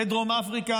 את דרום אפריקה.